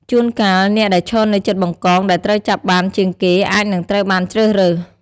ជួនកាល អ្នកដែលឈរនៅជិតបង្កងដែលត្រូវចាប់បានជាងគេអាចនឹងត្រូវបានជ្រើសរើស។